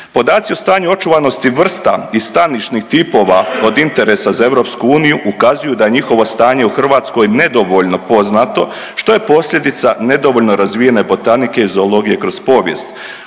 Podaci o stanju očuvanosti vrsta i stanišnih tipova od interesa za EU ukazuju da je njihovo stanje u Hrvatskoj nedovoljno poznato što je posljedica nedovoljno razvijene botanike i zoologije kroz povijest.